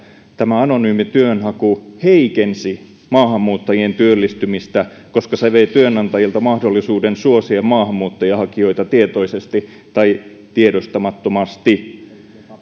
tämä anonyymi työnhaku heikensi maahanmuuttajien työllistymistä koska se vei työnantajilta mahdollisuuden suosia maahanmuuttajahakijoita tietoisesti tai tiedostamattomasti